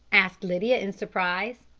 asked lydia in surprise.